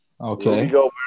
Okay